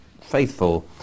faithful